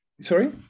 sorry